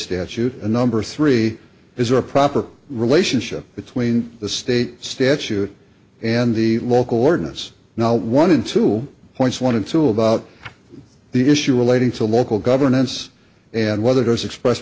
statute and number three is there a proper relationship between the state statute and the local ordinance not one and two points one and two about the issue relating to local governance and whether those express